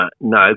No